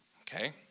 okay